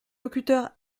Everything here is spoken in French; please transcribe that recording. locuteurs